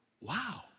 wow